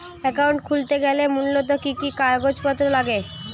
Account খুলতে গেলে মূলত কি কি কাগজপত্র লাগে?